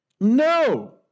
No